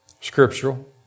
scriptural